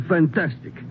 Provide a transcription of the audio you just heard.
Fantastic